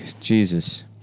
Jesus